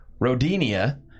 Rodinia